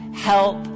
help